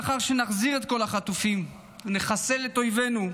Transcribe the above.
לאחר שנחזיר את כל החטופים ונחסל את אויבינו,